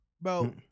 Bro